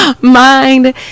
Mind